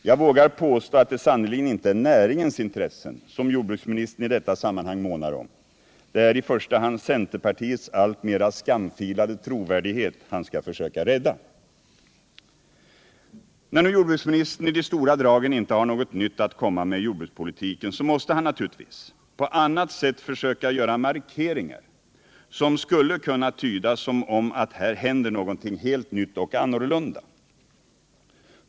Jag vågar påstå att det sannerligen inte är näringens intressen som jordbruksministern i detta sammanhang månar om. Det är i första hand centerpartiets alltmera skamfilade trovärdighet han skall försöka rädda. När nu jordbruksministern i de stora dragen inte har något nytt att komma med i jordbrukspolitiken så måste han naturligtvis på annat sätt försöka göra markeringar som skulle kunna tydas som om att här händer någonting helt nytt och annorlunda.